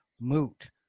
moot